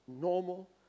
normal